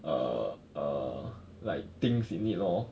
err err like things in it lor